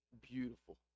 beautiful